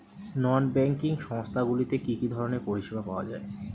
নন banking সংস্থা গুলিতে কি কি ধরনের পরিসেবা পাওয়া য়ায়?